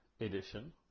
edition